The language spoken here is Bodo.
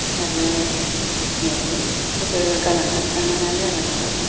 आरो न'खरखौबो गालांनानै थांनो हाया जाबाय नालाय